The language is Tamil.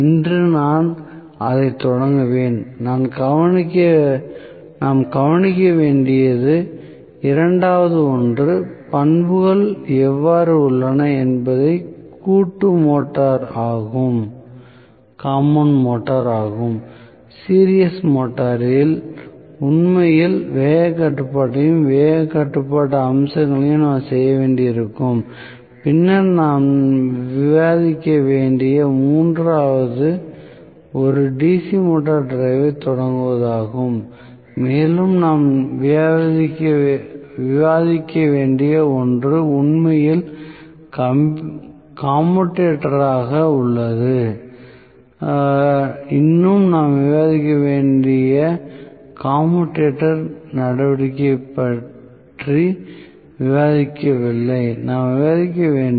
இன்று நான் அதைத் தொடங்குவேன் நாம் கவனிக்க வேண்டிய இரண்டாவது ஒன்று பண்புகள் எவ்வாறு உள்ளன என்பது கூட்டு மோட்டார் ஆகும் சீரிஸ் மோட்டாரில் உண்மையில் வேகக் கட்டுப்பாட்டையும் வேகக் கட்டுப்பாட்டு அம்சங்களையும் நாம் செய்ய வேண்டியிருக்கும் பின்னர் நாம் விவாதிக்க வேண்டிய மூன்றாவது ஒரு DC மோட்டார் டிரைவைத் தொடங்குவதாகும் மேலும் நாம் விவாதிக்க வேண்டிய ஒன்று உண்மையில் கம்யூட்டேட்டராக உள்ளது இன்னும் நாம் விவாதிக்க வேண்டிய கம்யூட்டேட்டர் நடவடிக்கை பற்றி விவாதிக்கவில்லை நாம் விவாதிக்க வேண்டும்